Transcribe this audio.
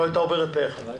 היא לא הייתה עוברת פה אחד.